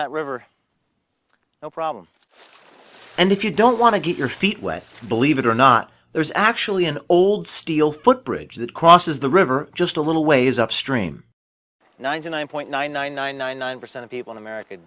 e river no problem and if you don't want to get your feet wet believe it or not there's actually an old steel foot bridge that crosses the river just a little ways upstream ninety nine point nine nine nine nine nine percent of people in america